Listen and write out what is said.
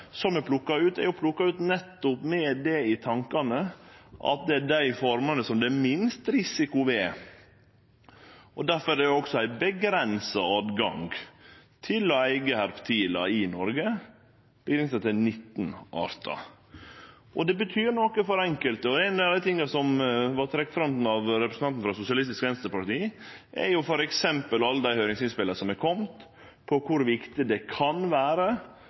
som er plukka ut, er plukka ut nettopp med det i tankane at det er dei artane det er minst risiko ved. Difor er også høvet til å eige reptil i Noreg avgrensa til 19 artar. Det betyr noko for enkelte. Noko av det som vart trekt fram av representanten frå Sosialistisk Venstreparti, var f.eks. alle dei høyringsinnspela som har kome om kor viktig dette kan vere